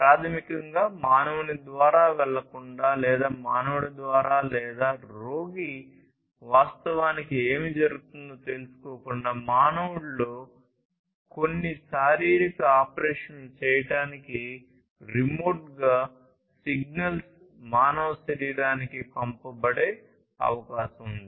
ప్రాథమికంగా మానవుని ద్వారా వెళ్ళకుండా లేదా మానవుడి ద్వారా లేదా రోగి వాస్తవానికి ఏమి జరుగుతుందో తెలుసుకోకుండా మానవుడిలో కొన్ని శారీరక ఆపరేషన్లు చేయడానికి రిమోట్గా సిగ్నల్స్ మానవ శరీరానికి పంపబడే అవకాశం ఉంది